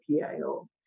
PIO